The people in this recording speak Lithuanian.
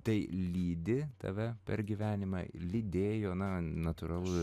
tai lydi tave per gyvenimą lydėjo na natūralu